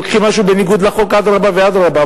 אם הם לוקחים משהו בניגוד לחוק, אדרבה ואדרבה.